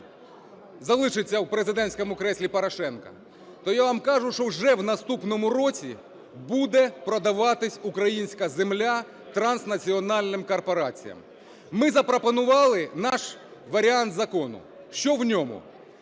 залишиться в президентському кріслі Порошенко, то я вам кажу, що вже в наступному році буде продаватись українська земля транснаціональним корпораціям. Ми запропонували наш варіант закону. Що в ньому?